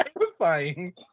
Terrifying